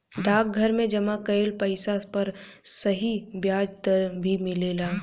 डाकघर में जमा कइल पइसा पर सही ब्याज दर भी मिलेला